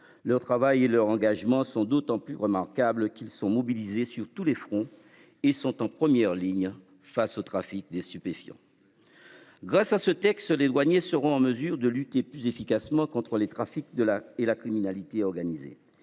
le travail et leur engagement sont d'autant plus remarquable qu'ils sont mobilisés sur tous les fronts et sont en première ligne face au trafic des stupéfiants. Grâce à ce texte. Les douaniers seront en mesure de lutter plus efficacement contre les trafics de la et la criminalité organisée.